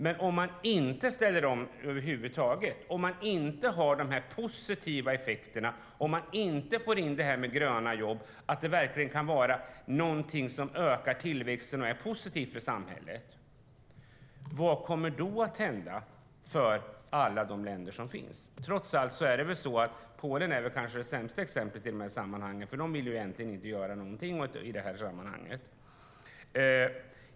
Men om man inte ställer om över huvud taget, om man inte har de positiva effekterna, om man inte får in det här med gröna jobb och att det verkligen kan vara någonting som ökar tillväxten och är positivt för samhället, vad kommer då att hända för alla de länder som finns? Trots allt är Polen kanske det sämsta exemplet, för de vill egentligen inte göra någonting i detta sammanhang.